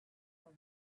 are